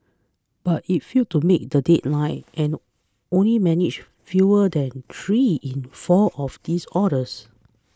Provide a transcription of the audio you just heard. but it failed to meet the deadline and only managed fewer than three in four of these orders